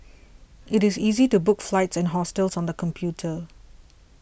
it is easy to book flights and hostels on the computer